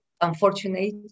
unfortunate